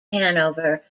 hanover